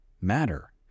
matter